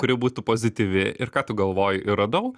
kuri būtų pozityvi ir ką tu galvoji ir radau